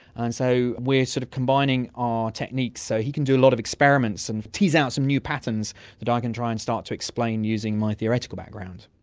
and so we're sort of combining our techniques, so he can do a lot of experiments and tease out some new patterns that i um can try and start to explain using my theoretical background.